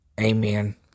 Amen